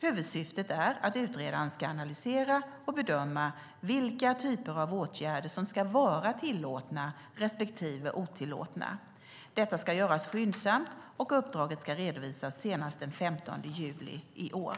Huvudsyftet är att utredaren ska analysera och bedöma vilka typer av åtgärder som ska vara tillåtna respektive otillåtna. Detta ska göras skyndsamt, och uppdraget ska redovisas senast den 15 juli i år.